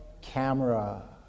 camera